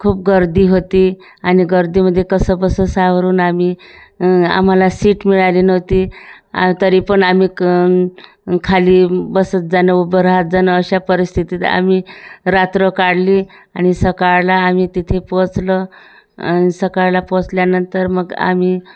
खूप गर्दी होती आणि गर्दीमध्ये कसंबसं सावरून आम्ही आम्हाला सीट मिळाली नव्हती आ तरी पण आम्ही क खाली बसत जाणं उभं राहात जाणं अशा परिस्थितीत आम्ही रात्र काढली आणि सकाळला आम्ही तिथे पोचलो आणि सकाळला पोचल्यानंतर मग आम्ही